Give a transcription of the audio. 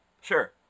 Sure